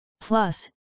Plus